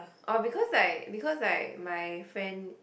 or because like because like my friend